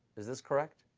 is this correct?